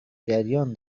جریان